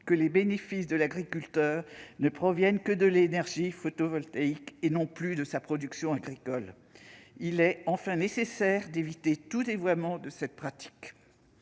que les bénéfices de l'agriculteur ne proviennent que de l'énergie photovoltaïque et non plus de sa production agricole. Enfin, il est nécessaire d'éviter tout dévoiement de cette pratique.